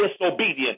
disobedient